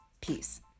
Peace